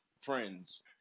friends